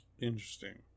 interesting